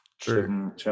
True